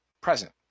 present